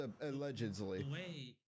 allegedly